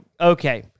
Okay